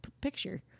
picture